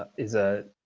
ah is a